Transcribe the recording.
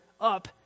up